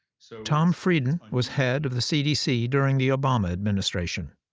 so tom frieden was head of the cdc during the obama administration.